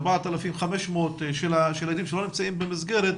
4,500 של הילדים שלא נמצאים במסגרת,